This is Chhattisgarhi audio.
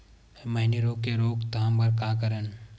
मैनी रोग के रोक थाम बर का करन?